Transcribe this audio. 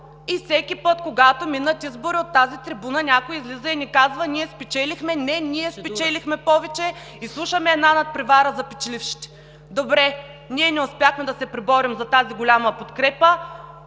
и всеки път, когато минат избори, от тази трибуна някой излиза и ни казва: ние спечелихме. Не, ние спечелихме повече и слушаме една надпревара за печелившите. Добре, ние не успяхме да се преборим за тази голяма подкрепа,